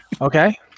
Okay